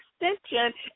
extension